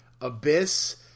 Abyss